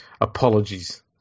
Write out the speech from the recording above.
apologies